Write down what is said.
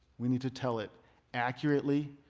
we need to tell it accurately.